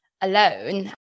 alone